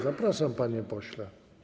Zapraszam, panie pośle.